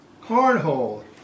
cornhole